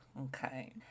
Okay